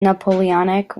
napoleonic